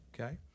okay